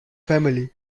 family